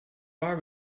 bar